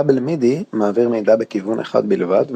כבל מידי מעביר מידע בכיוון אחד בלבד,